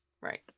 Right